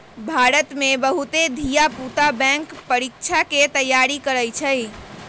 भारत में बहुते धिया पुता बैंक परीकछा के तैयारी करइ छइ